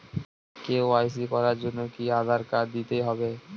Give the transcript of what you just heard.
KYC করার জন্য কি আধার কার্ড দিতেই হবে?